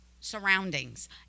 surroundings